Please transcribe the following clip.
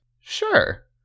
Sure